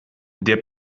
der